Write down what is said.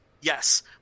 Yes